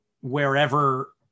wherever